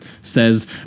says